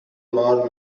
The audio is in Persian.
مار